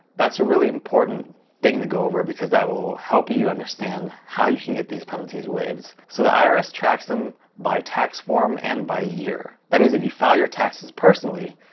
that's a really important thing to go over because that will help you you understand how you can get these penalties waived. so the irs tracks them by tax form and by year. that means if you file your taxes personally,